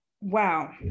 wow